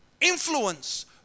influence